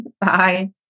Bye